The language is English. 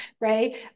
right